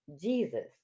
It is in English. Jesus